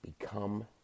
become